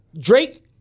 Drake